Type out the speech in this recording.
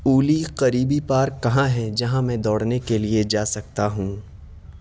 اولی قریبی پارک کہاں ہے جہاں میں دوڑنے کے لیے جا سکتا ہوں